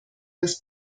das